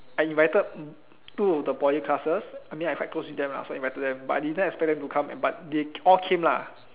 I invited mm two of the poly classes I mean I quite close with them lah so I invited them but I didn't expect them to come but they all came lah